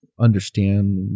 understand